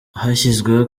hashyizweho